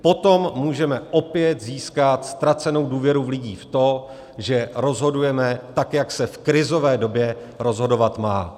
Potom můžeme opět získat ztracenou důvěru lidí v to, že rozhodujeme tak, jak se krizové době rozhodovat má.